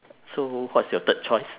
so what's your third choice